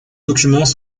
documents